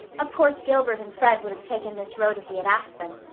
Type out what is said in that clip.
of course gilbert and fred would have taken this road if we had asked them.